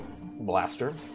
blaster